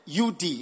UD